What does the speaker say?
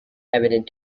evident